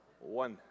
One